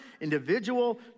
individual